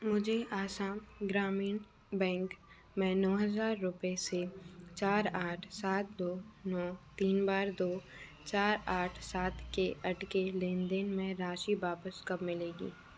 मुझे असम ग्रामीण बैंक में नौ हज़ार रुपये से चार आठ सात दो नौ तीन बार दो चार आठ सात के अटके लेन देन में राशि वापस कब मिलेगी